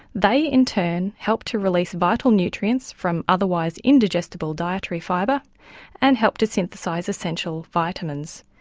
they in turn help to release vital nutrients from otherwise indigestible dietary fibre and help to synthesise essential vitamins.